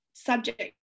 subject